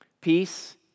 Peace